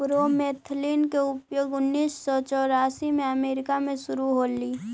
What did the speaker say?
bromethalin के उपयोग उन्नीस सौ चौरासी में अमेरिका में शुरु होलई